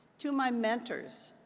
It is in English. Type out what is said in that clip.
to my mentors,